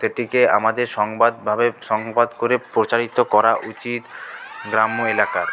এটিকে আমাদের সংবাদভাবে সংবাদ করে প্রচারিত করা উচিত গ্রাম্য এলাকায়